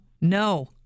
no